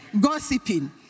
gossiping